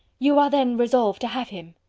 you are then resolved to have him?